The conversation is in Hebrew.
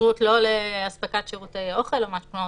התקשרות לא להספקת שירותי אוכל או משהו כזה,